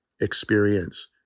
experience